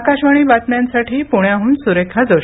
आकाशवाणी बातम्यांसाठी पुण्याहून सुरेखा जोशी